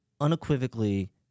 unequivocally